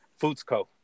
Foodsco